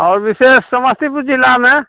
आओर बिशेष समस्तीपुर जिलामे